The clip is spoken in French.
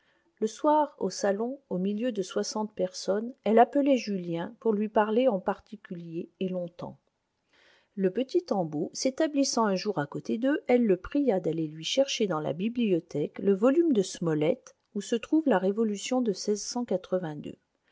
le soir au salon au milieu de soixante personnes elle appelait julien pour lui parler en particulier et longtemps le petit tanbeau s'établissant un jour à côté d'eux elle le pria d'aller lui chercher dans la bibliothèque le volume de smollett où se trouve la révolution de